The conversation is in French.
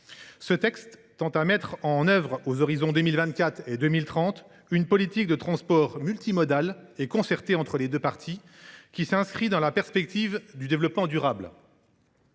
Ce texte tend à mettre en œuvre aux horizons 2024 et 2030 une politique de transports multimodale et concertée entre les deux parties s’inscrivant dans la perspective du développement durable.